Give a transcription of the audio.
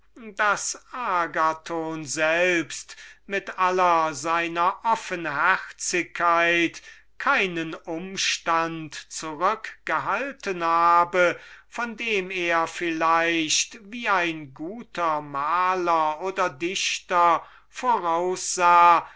agathon selbst mit aller seiner offenherzigkeit keinen umstand zurück gehalten habe von dem er vielleicht wie ein guter maler oder dichter vorausgesehen